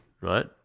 right